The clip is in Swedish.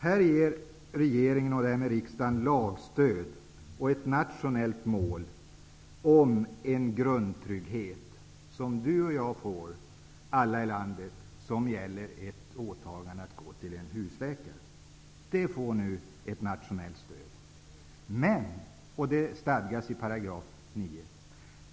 Här ger regeringen och därmed riksdagen nationellt lagstöd åt en grundtrygghet som alla i landet får och som gäller ett åtagande att få gå till en husläkare. Det stadgas i 9 §.